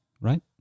right